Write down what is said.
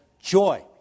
Joy